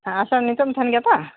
ᱟᱥᱚᱞ ᱱᱤᱛᱚᱜ ᱮᱢ ᱛᱟᱦᱮᱱ ᱜᱮᱭᱟ ᱛᱚ